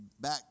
back